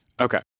Okay